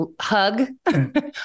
hug